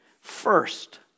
First